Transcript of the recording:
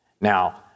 Now